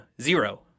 zero